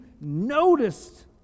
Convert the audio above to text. noticed